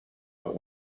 but